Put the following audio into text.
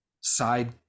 side